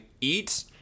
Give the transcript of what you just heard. eat